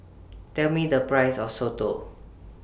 Tell Me The Price of Soto